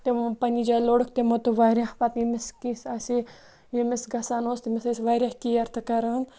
تِمو پَنٛنہِ جایہِ لوٚڑُکھ تِمو تہِ واریاہ پَتہٕ ییٚمِس آسہِ ہے ییٚمِس گژھان اوس تٔمِس ٲسۍ واریاہ کِیَر تہٕ کَران